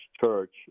Church